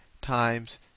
times